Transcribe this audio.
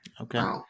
Okay